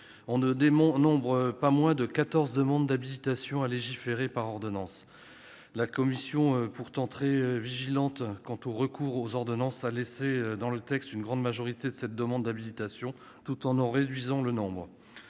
on ne dénombre pas moins de quatorze demandes d'habilitation à légiférer par ordonnance. La commission, pourtant très vigilante quant au recours aux ordonnances, a laissé dans le texte une grande majorité de ces demandes d'habilitation tout en réduisant leur nombre.